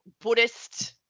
Buddhist